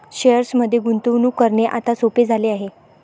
शेअर्समध्ये गुंतवणूक करणे आता सोपे झाले आहे